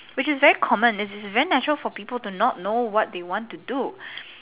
which is very common this is very natural for people to not know what they want to do